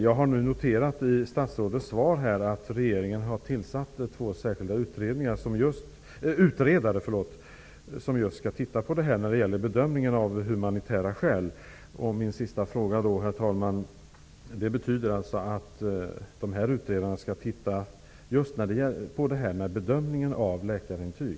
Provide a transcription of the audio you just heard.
Jag har i statsrådets svar noterat att regeringen har tillkallat två särskilda utredare, som skall titta på bedömningen av humanitära skäl. Min sista fråga är då: Betyder det att utredarna skall titta just på bedömningen av läkarintyg?